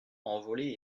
envolé